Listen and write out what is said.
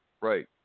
Right